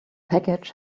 package